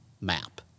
map